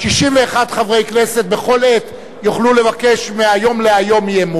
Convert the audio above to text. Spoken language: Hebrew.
61 חברי כנסת בכל עת יוכלו לבקש מהיום להיום אי-אמון,